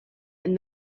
and